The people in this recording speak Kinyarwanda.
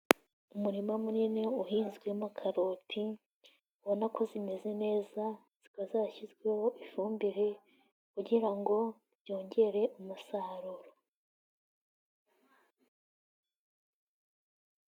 Umurima munini uhinzwemo karoti, ubona ko zimeze neza zikaba zarashyizweho ifumbire kugira ngo byongere umusaruro.